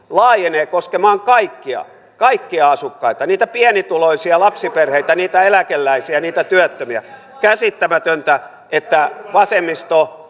laajenee koskemaan kaikkia kaikkia asukkaita niitä pienituloisia lapsiperheitä niitä eläkeläisiä ja niitä työttömiä käsittämätöntä että vasemmisto